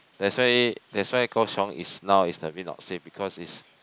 that's why that's why Kaoshiung is now is a bit not safe because is